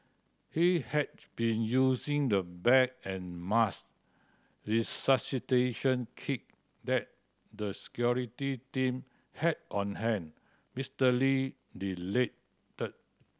he had been using the bag and mask resuscitation kit that the security team had on hand Mister Lee related